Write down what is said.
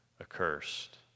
accursed